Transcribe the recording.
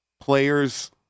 players